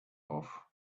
off